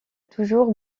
toujours